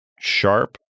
sharp